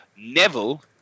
Neville